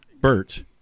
Bert